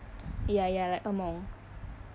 ya ya like 恶梦